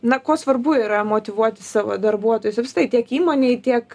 na kuo svarbu yra motyvuoti savo darbuotojus visa tai tiek įmonei tiek